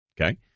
okay